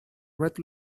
red